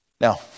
Now